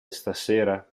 stasera